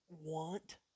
want